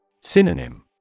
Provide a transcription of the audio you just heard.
Synonym